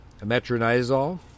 metronidazole